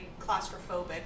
claustrophobic